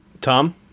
Tom